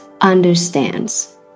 understands